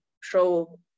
show